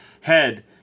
head